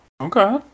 Okay